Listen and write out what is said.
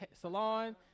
salon